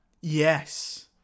Yes